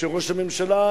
שראש הממשלה,